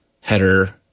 header